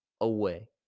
away